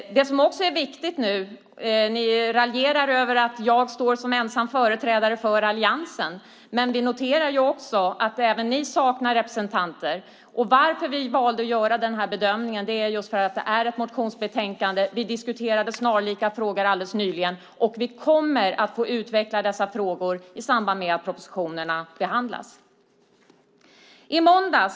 Ni raljerar över att jag står som ensam företrädare för Alliansen. Men vi noterar att även ni saknar representanter. Varför vi gjorde den här bedömningen är just för att det är ett motionsbetänkande, vi diskuterade snarlika frågor alldeles nyligen, och vi kommer att få utveckla dessa frågor i samband med att propositionerna behandlas. Fru talman!